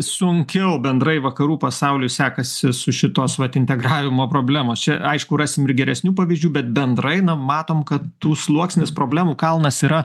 sunkiau bendrai vakarų pasauliui sekasi su šitos vat integravimo problemos čia aišku rasim ir geresnių pavyzdžių bet bendrai na matom kad tų sluoksnis problemų kalnas yra